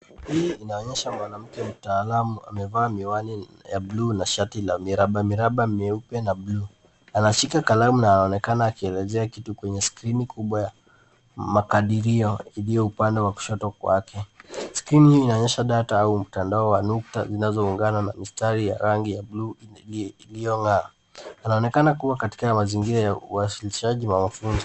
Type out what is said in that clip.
Hii inaonyesha mwanamke mtaalamu. Amevaa miwani ya bluu na shati la miraba miraba meupe na bluu. Anashika kalamu na anaonekana akielezea kitu kwenye skrini kubwa ya makadirio iliyo upande wa kushoto kwake. Skrini hiyo inaonyesha data au mtandao wa nukta zinazoungana na mistari ya rangi ya bluu iliyong'aa. Anaonekana kuwa katika haya mazingira ya uwasilishaji wa mafunzo.